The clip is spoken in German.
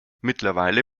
mittlerweile